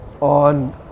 on